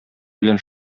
белән